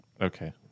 Okay